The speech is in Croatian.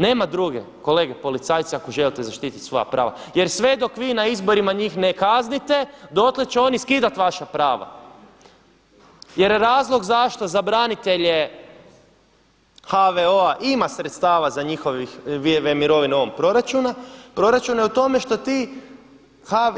Nema druge kolege policajci ako želite zaštititi svoja prava jer sve dok vi na izborima njih ne kaznite dotle će oni skidati vaša prava jer razlog zašto za branitelje HVO-a ima sredstava za njihove mirovine u ovom proračunu je u tom što ti